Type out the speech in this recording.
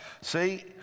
See